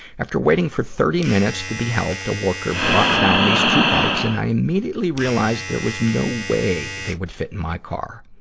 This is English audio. after waiting for thirty minutes to be helped, the worker brought down these two bikes and i immediately realized there was no way they would fit in my car.